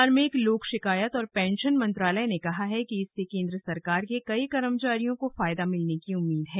कार्मिक लोक शिकायत और पेंशन मंत्रालय ने कहा है कि इससे केंद्र सरकार के कई कर्मचारियों को फायदा मिलने की उम्मीद है